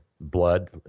blood